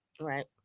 Right